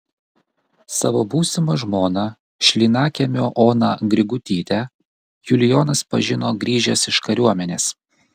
savo būsimą žmoną šlynakiemio oną grigutytę julijonas pažino grįžęs iš kariuomenės